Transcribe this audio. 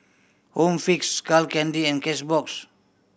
Home Fix Skull Candy and Cashbox